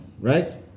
right